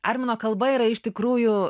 armino kalba yra iš tikrųjų